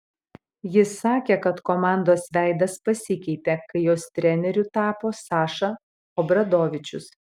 jis sakė kad komandos veidas pasikeitė kai jos treneriu tapo saša obradovičius